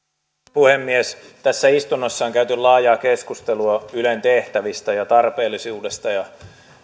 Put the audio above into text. puhemies tässä istunnossa on käyty laajaa keskustelua ylen tehtävistä ja tarpeellisuudesta ja